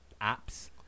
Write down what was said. apps